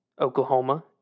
Oklahoma